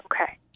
Okay